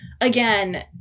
again